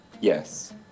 Yes